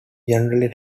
generally